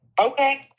Okay